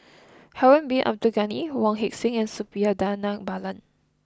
Harun Bin Abdul Ghani Wong Heck Sing and Suppiah Dhanabalan